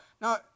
Now